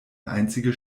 einzige